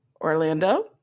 orlando